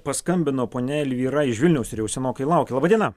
paskambino ponia elvyra iš vilniaus ir jau senokai laukia laba diena